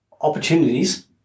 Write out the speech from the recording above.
opportunities